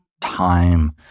time